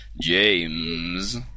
James